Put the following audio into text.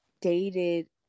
dated